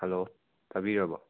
hello ꯇꯥꯕꯤꯔꯕꯣ